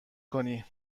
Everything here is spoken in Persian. کنی